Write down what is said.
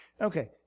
Okay